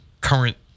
current